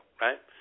right